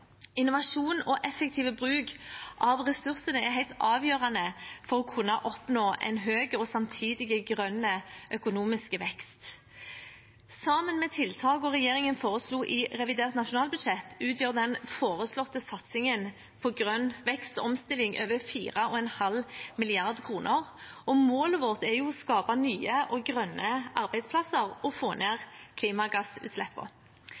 Innovasjon og effektiv bruk av ressursene er helt avgjørende for å kunne oppnå en høyere og samtidig grønn økonomisk vekst. Sammen med tiltakene regjeringen foreslo i revidert nasjonalbudsjett, utgjør den foreslåtte satsingen på grønn vekst og omstilling over 4,5 mrd. kr, og målet vårt er å skape nye og grønne arbeidsplasser og få